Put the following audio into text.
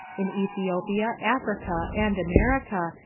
in ethiopia, africa, and america,